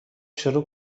شروع